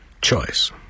choice